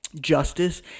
Justice